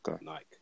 Nike